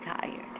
tired